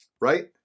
right